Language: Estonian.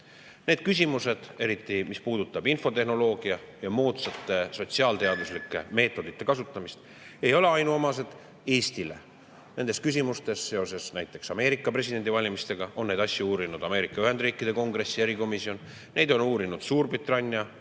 Need küsimused, eriti, mis puudutab infotehnoloogia ja moodsate sotsiaalteaduslike meetodite kasutamist, ei ole ainuomased Eestile. Neid küsimusi on näiteks seoses Ameerika presidendivalimistega uurinud Ameerika Ühendriikide Kongressi erikomisjon. Neid on uurinud Suurbritannia